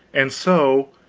and so,